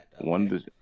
One